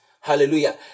hallelujah